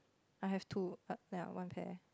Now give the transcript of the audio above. I have two err ya one pair